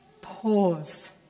pause